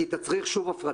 כי היא תצריך שוב הפרדה.